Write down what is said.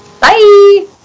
Bye